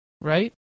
right